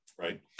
Right